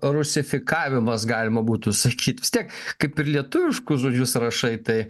rusifikavimas galima būtų sakyt vis tiek kaip ir lietuviškus žodžius rašai tai